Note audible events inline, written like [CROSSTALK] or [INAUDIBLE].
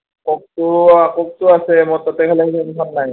কোকতও কোকত আছে মোৰ তাতে [UNINTELLIGIBLE] নাই